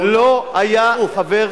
לא כולם.